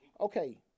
Okay